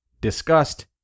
disgust